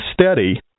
steady